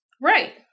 Right